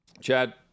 Chad